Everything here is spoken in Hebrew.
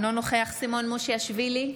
אינו נוכח סימון מושיאשוילי,